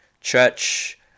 Church